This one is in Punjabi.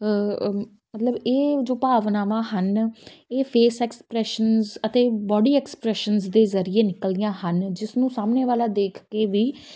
ਮਤਲਬ ਇਹ ਜੋ ਭਾਵਨਾਵਾਂ ਹਨ ਇਹ ਫੇਸ ਐਕਸਪ੍ਰੈਸ਼ਨਸ ਅਤੇ ਬੋਡੀ ਐਕਸਪ੍ਰੈਸ਼ਨਸ ਦੇ ਜ਼ਰੀਏ ਨਿਕਲਦੀਆਂ ਹਨ ਜਿਸ ਨੂੰ ਸਾਹਮਣੇ ਵਾਲਾ ਦੇਖ ਕੇ ਵੀ